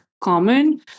common